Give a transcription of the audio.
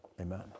Amen